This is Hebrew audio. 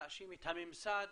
להאשים את הממסד,